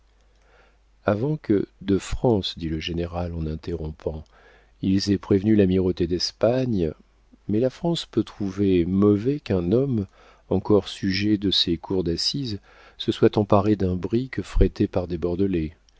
avant que de france dit le général en interrompant ils aient prévenu l'amirauté d'espagne mais la france peut trouver mauvais qu'un homme encore sujet de ses cours d'assises se soit emparé d'un brick frété par des bordelais